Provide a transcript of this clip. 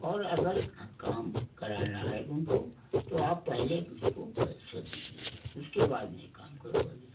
और अगर काम कराना है तुमको तो आप पहेले उसको पैसा दीजिए उसके बाद में काम करवाइये